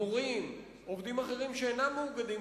מורים ועובדים אחרים שאינם מאוגדים